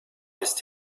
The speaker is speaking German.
ist